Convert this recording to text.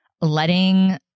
letting